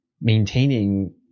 maintaining